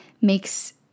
makes